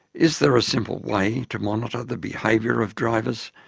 is there a simple way to monitor the behaviour of drivers,